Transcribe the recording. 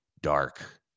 dark